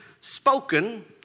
spoken